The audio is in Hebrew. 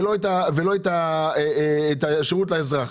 השירות לאזרח.